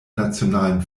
nationalen